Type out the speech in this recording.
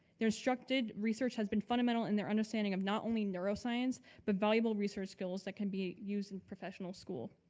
their instructed research has been fundamental in their understanding of not only neuroscience but valuable research skills that can be used in professional schools.